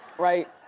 right?